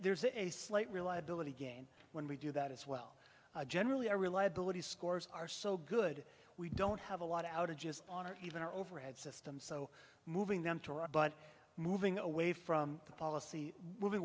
there's a slight reliability again when we do that as well generally our reliability scores are so good we don't have a lot outages on or even our overhead system so moving them to but moving away from the policy